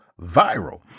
viral